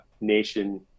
nation